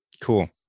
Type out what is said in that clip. Cool